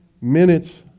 minutes